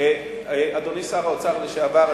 אדוני שר האוצר לשעבר,